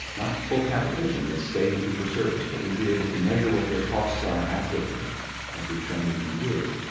not full capitation, they'd stay in fee for service but we would be able to measure what their costs are accurately as we've shown we can do,